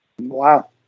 Wow